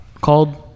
called